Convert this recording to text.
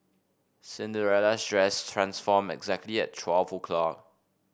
Cinderella's dress transformed exactly at twelve o'clock